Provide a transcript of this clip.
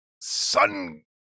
Sun